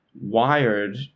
wired